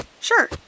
Sure